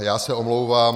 Já se omlouvám.